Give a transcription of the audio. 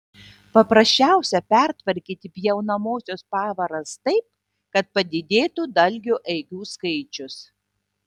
paprasčiausia pertvarkyti pjaunamosios pavaras taip kad padidėtų dalgio eigų skaičius